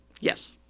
Yes